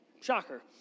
Shocker